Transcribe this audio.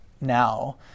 now